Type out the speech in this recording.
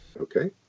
Okay